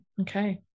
Okay